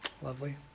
Lovely